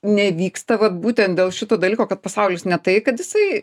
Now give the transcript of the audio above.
nevyksta vat būtent dėl šito dalyko kad pasaulis ne tai kad jisai